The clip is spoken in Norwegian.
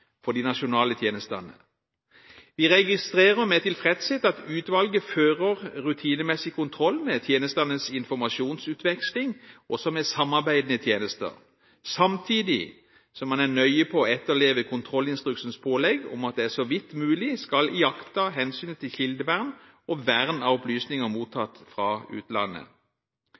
for de nasjonale tjenestene. Vi registrerer med tilfredshet at utvalget fører rutinemessig kontroll med tjenestenes informasjonsutveksling også med samarbeidende tjenester. Samtidig er man nøye med å etterleve kontrollinstruksens pålegg om at det «så vidt mulig skal iaktta hensynet til kildevern og vern av opplysninger mottatt fra utlandet».